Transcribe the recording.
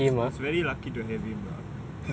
was very lucky to have him lah